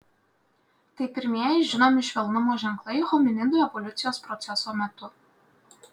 tai pirmieji žinomi švelnumo ženklai hominidų evoliucijos proceso metu